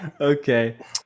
okay